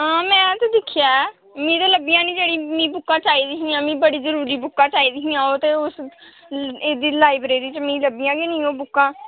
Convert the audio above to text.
हां में अज्ज दिक्खेआ ऐ मिगी ते लब्भियां निं जेह्ड़ियां मिगी बुक्कां चाही दिया हियां मिगी जरूरी बुक्कां चाही दियां ओह् उस एड्डी लाइब्रेरी च मीं लब्भियां गै नेईं बुक्कां